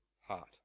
heart